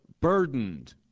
burdened